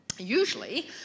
Usually